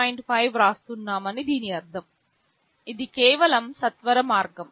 5 వ్రాస్తున్నామని దీని అర్థం ఇది కేవలం సత్వరమార్గం